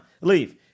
Leave